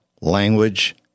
language